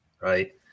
right